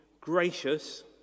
gracious